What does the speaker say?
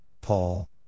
Paul